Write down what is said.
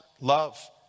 love